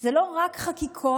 זה לא רק לקדם חקיקות